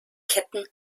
ketten